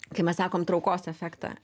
kaip mes sakom traukos efektą